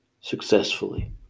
successfully